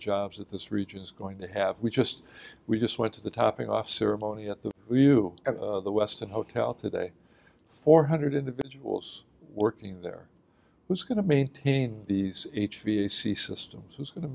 jobs that this region is going to have we just we just went to the topping off ceremony at the at the westin hotel today four hundred individuals working there who's going to maintain these h v a c systems who's going to